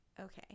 okay